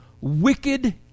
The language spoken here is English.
wicked